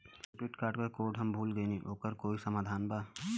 Credit card क code हम भूल गइली ओकर कोई समाधान बा?